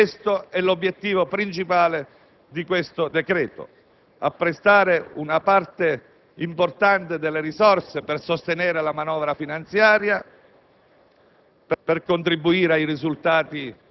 e dell'elusione fiscale. Questo è l'obiettivo principale del provvedimento al nostro esame: apprestare una parte importante delle risorse per sostenere la manovra finanziaria,